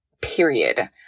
Period